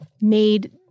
made